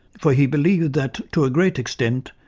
for he believed that, to a great extent,